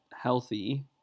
healthy